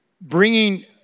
bringing